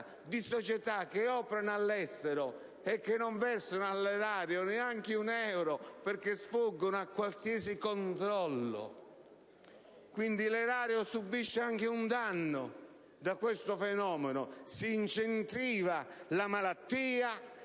di società che operano all'estero e che non versano all'erario neanche un euro perché sfuggono a qualsiasi controllo. Quindi, l'erario subisce anche un danno da questo fenomeno. Si incentiva la malattia,